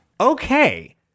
okay